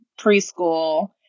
preschool